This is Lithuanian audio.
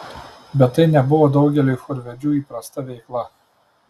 bet tai nebuvo daugeliui chorvedžių įprasta veikla